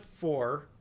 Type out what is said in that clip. four